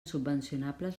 subvencionables